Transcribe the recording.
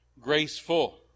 graceful